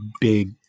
big